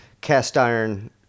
cast-iron